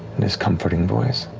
and his comforting voice.